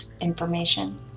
information